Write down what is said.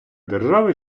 держави